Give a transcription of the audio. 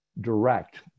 direct